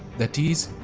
that is,